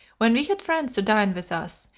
when we had friends to dine with us,